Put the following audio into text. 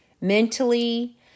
mentally